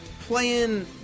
playing